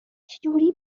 چجوری